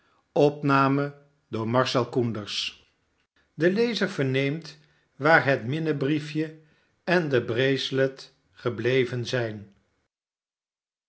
de lezek verneemt waar het minnebriefje en de bracelet gebleven zijn